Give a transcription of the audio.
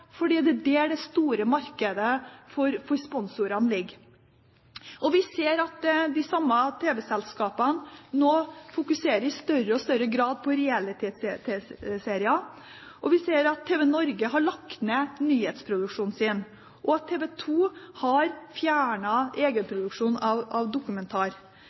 fordi det er der det store markedet for sponsorer ligger. Vi ser at de samme tv-selskapene i stadig større grad fokuserer på realityserier, vi ser at TVNorge har lagt ned nyhetsproduksjonen sin, og at TV 2 har fjernet egenproduksjonen av